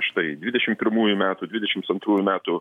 štai dvidešim pirmųjų metų dvidešims antrųjų metų